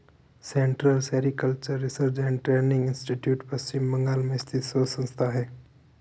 central sericultural research and training institute Paschim Bengal में स्थित शोध संस्थान है